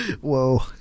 whoa